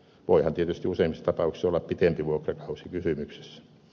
voihan tietysti useimmissa tapauksissa olla pitempi vuokrakausi kysymyksessä